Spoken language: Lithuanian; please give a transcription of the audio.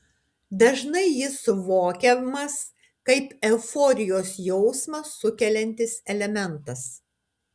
dažnai jis suvokiamas kaip euforijos jausmą sukeliantis elementas